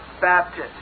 Baptist